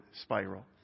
spiral